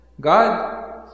God